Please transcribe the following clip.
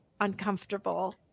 uncomfortable